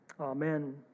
Amen